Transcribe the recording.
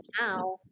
now